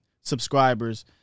subscribers